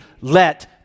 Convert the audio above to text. let